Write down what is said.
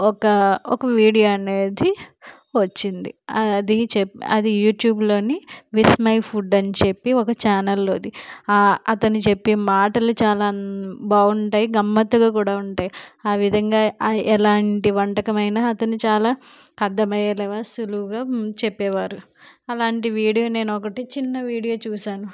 ఒక ఒక వీడియో అనేది వచ్చింది అది చే అది యూట్యుబ్లోని విస్మయ్ ఫుడ్ అని చెప్పి ఒక ఛానల్లోది అతను చెప్పే మాటలు చాలా బాగుంటాయి గమ్మత్తుగా కూడా ఉంటాయి ఆ విధంగా ఎలాంటి వంటకమైన అతను చాలా అర్దమయ్యేలాగా సులువుగా చెప్పేవారు అలాంటి వీడియో నేను ఒకటి చిన్న వీడియో చూశాను